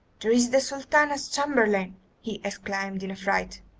there is the sultana's chamberlain he exclaimed in a fright.